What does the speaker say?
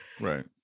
Right